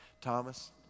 Thomas